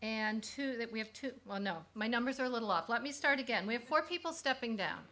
and two that we have to know my numbers are a little off let me start again we have four people stepping down